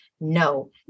no